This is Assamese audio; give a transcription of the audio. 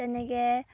তেনেকৈ